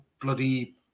bloody